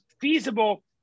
feasible